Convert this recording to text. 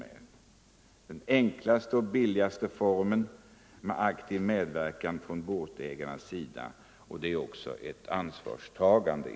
Den enklaste och billigaste formen är nämligen en aktiv medverkan från fartygsägarnas sida som samtidigt innebär ett eget ansvarstagande.